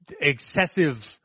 excessive